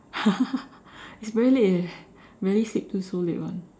it's very late rarely sleep till so late [one]